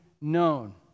known